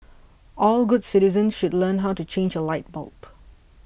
all good citizens should learn how to change a light bulb